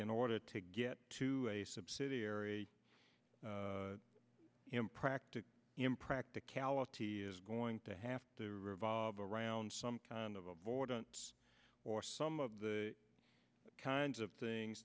in order to get to a subsidiary impractical impracticality is going to have to revolve around some kind of avoidance or some of the kinds of things